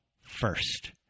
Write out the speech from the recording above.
first